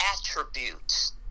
attributes